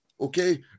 Okay